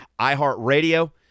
iHeartRadio